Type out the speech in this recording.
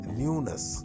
newness